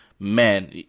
Man